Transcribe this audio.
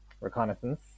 reconnaissance